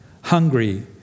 hungry